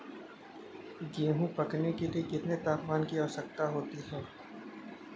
गेहूँ पकने के लिए कितने तापमान की आवश्यकता होती है?